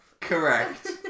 Correct